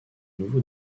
nouveau